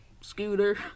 scooter